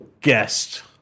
guest